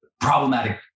problematic